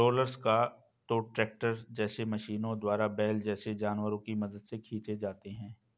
rollers या तो tractor जैसे मशीनों द्वारा या बैल जैसे जानवरों की मदद से खींचे जाते हैं